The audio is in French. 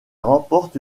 remporte